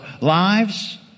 lives